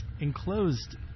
Enclosed